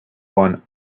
one